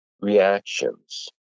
reactions